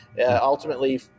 ultimately